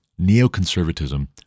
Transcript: neoconservatism